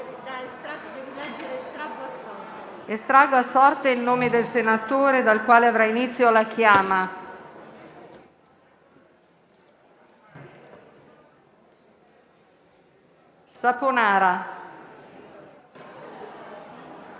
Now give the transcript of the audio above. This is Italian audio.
Estraggo a sorte il nome del senatore dal quale avrà inizio l'appello nominale.